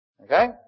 Okay